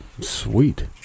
Sweet